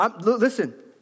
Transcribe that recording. Listen